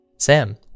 Sam